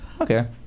Okay